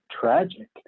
tragic